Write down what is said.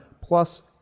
plus